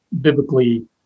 biblically